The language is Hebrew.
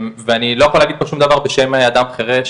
ואני לא יכול להגיד פה שום דבר בשם אדם חרש,